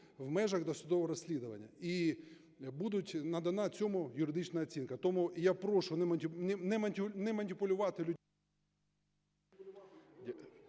в межах досудового розслідування і буде надана цьому юридична оцінка. Тому я прошу не маніпулювати людьми…